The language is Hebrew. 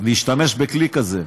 להשתמש בכלי כזה.